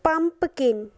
pumpkin